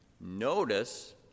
notice